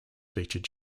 feature